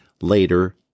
later